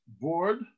board